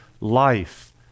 life